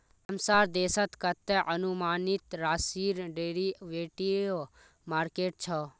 हमसार देशत कतते अनुमानित राशिर डेरिवेटिव मार्केट छ